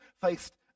faced